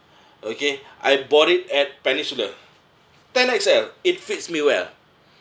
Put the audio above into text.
okay I bought it at peninsula ten X_L it fits me well